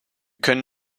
können